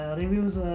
reviews